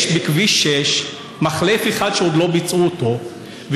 יש בכביש 6 מחלף אחד שעוד לא ביצעו אותו.